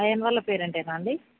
ion వాళ్ళ పేరెంటేనా అండి